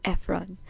Efron